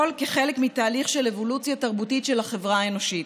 הכול כחלק מתהליך של אבולוציה תרבותית של החברה האנושית.